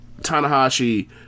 Tanahashi